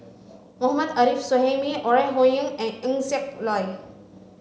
Mohammad Arif Suhaimi Ore Huiying and Eng Siak Loy